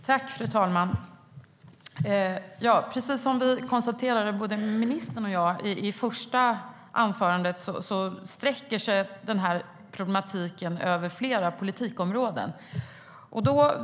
Fru talman! Precis som både ministern och jag konstaterar sträcker sig den här problematiken över flera politikområden.